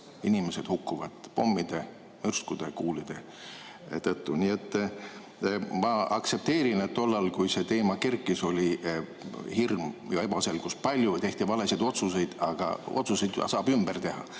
Inimesed hukkuvad pommide, mürskude, kuulide tõttu. Nii et ma aktsepteerin, et tookord, kui see teema kerkis, oli hirmu ja ebaselgust palju, tehti valesid otsuseid. Aga otsuseid saab ümber teha